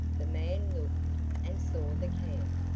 the man looked and saw the camp.